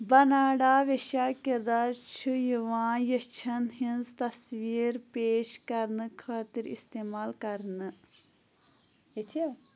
بنناڈا ویشا کِردار چُھ یِوان یَچھن ہِنٛز تصویٖر پیش کرنہٕ خٲطرٕ اِستعمال کرنہٕ